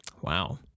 Wow